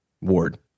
ward